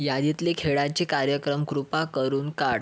यादीतले खेळाचे कार्यक्रम कृपा करून काढ